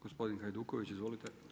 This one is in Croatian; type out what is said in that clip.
Gospodin Hajduković, izvolite.